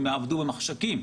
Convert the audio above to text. הם יעבדו במחשכים,